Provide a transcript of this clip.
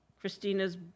Christina's